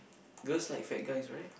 girls like fat guys right